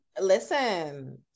Listen